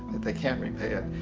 they can't repay it.